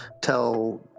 tell